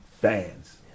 fans